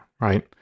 right